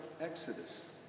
Exodus